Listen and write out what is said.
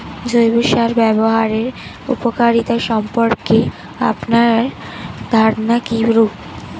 জৈব সার ব্যাবহারের উপকারিতা সম্পর্কে আপনার ধারনা কীরূপ?